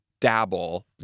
dabble